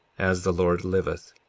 as the lord liveth,